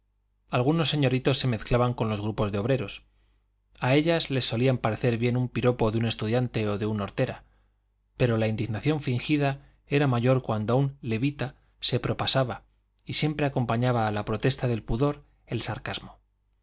algunos señoritos se mezclaban con los grupos de obreros a ellas les solía parecer bien un piropo de un estudiante o de un hortera pero la indignación fingida era mayor cuando un levita se propasaba y siempre acompañaba a la protesta del pudor el sarcasmo